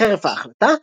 חרף ההחלטה,